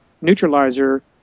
neutralizer